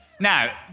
Now